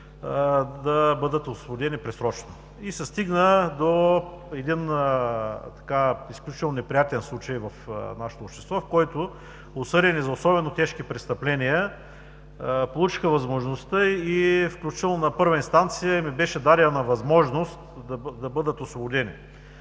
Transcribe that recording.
да бъдат освободени предсрочно. Стигна се до един изключително неприятен случай в нашето общество, в който осъдени за особено тежки престъпления получиха възможността и включително на първа инстанция им беше дадена възможност да бъдат освободени.